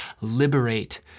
liberate